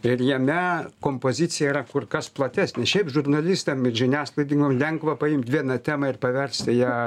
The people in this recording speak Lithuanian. ir jame kompozicija yra kur kas platesnė šiaip žurnalistam ir žiniasklaidai nu lengva paimt vieną temą ir paversti ją